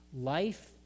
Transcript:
life